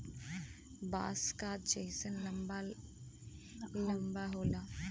बाँस क जैसन लंबा लम्बा होला